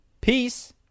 peace